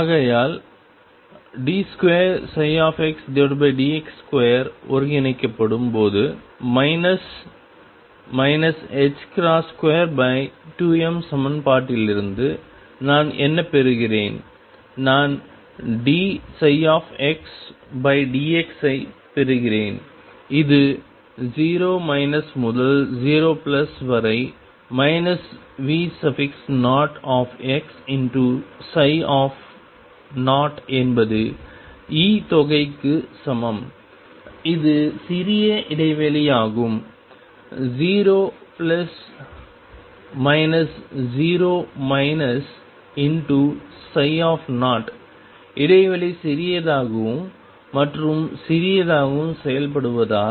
ஆகையால் d2xdx2 ஒருங்கிணைக்கப்படும் போது மைனஸ் 22m சமன்பாட்டிலிருந்து நான் என்ன பெறுகிறேன் நான் dψxdx ஐப் பெறுகிறேன் இது 0 முதல் 0 வரை V0xψ என்பது E தொகைக்கு சமம் இது சிறிய இடைவெளியாகும் 0 0 ψ இடைவெளி சிறியதாகவும் மற்றும் சிறியதாகவும் செய்யப்படுவதால்